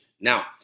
Now